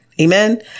Amen